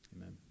Amen